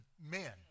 men